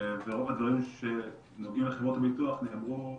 ורוב הדברים שנוגעים לחברות הביטוח נאמרו